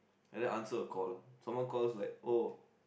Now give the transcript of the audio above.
and then answer a call someone calls like oh